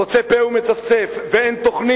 ההצבעה תשקף, ואין פוצה פה ומצפצף, ואין תוכנית,